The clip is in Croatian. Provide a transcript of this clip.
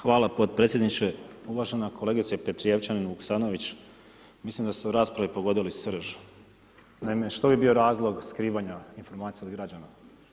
Hvala podpredsjedniče, uvažena kolegice Petrijevčanin Vuksanović, mislim da ste u raspravi pogodili srž, naime što bi bio razlog skrivanja informacija od građana.